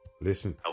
Listen